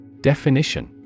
Definition